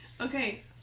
okay